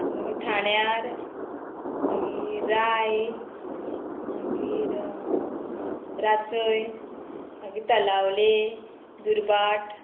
मागीर थाण्यार मागीर राय मागीर रासय मागीर तलावले दुर्बाट